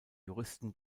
juristen